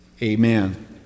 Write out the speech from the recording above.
Amen